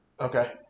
Okay